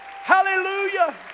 hallelujah